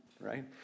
right